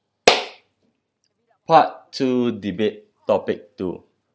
part two debate topic two